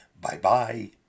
Bye-bye